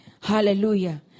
Hallelujah